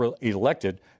elected